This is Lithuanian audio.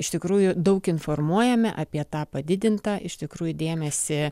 iš tikrųjų daug informuojame apie tą padidintą iš tikrųjų dėmesį